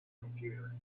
computer